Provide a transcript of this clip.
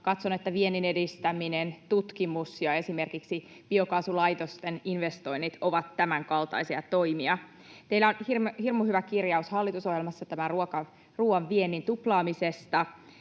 Katson, että viennin edistäminen, tutkimus ja esimerkiksi biokaasulaitosten investoinnit ovat tämänkaltaisia toimia. Teillä on hirmu hyvä kirjaus hallitusohjelmassa ruuan viennin tuplaamisesta,